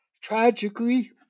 Tragically